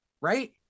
right